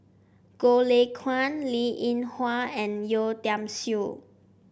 Goh Lay Kuan Linn In Hua and Yeo Tiam Siew